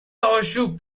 آشوب